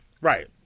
Right